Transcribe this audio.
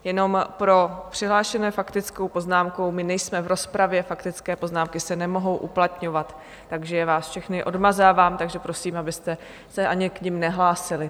Jenom pro přihlášené s faktickou poznámkou, my nejsme v rozpravě, faktické poznámky se nemohou uplatňovat, takže vás všechny odmazávám a prosím, abyste se k nim ani nehlásili.